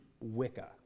Wicca